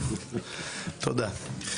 תודה.